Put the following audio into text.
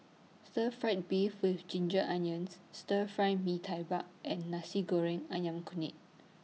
Stir Fried Beef with Ginger Onions Stir Fry Mee Tai Buck and Nasi Goreng Ayam Kunyit